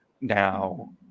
Now